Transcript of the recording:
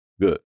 Good